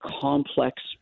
complex